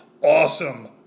awesome